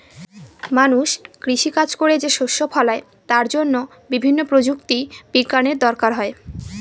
মানুষ কৃষি কাজ করে যে শস্য ফলায় তার জন্য বিভিন্ন প্রযুক্তি বিজ্ঞানের দরকার হয়